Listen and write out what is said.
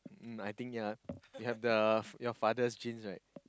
mm I think ya you have the your father's genes right